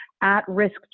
at-risk